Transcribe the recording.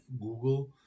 Google